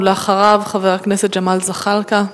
אחריו, חבר הכנסת ג'מאל זחאלקה.